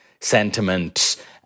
sentiment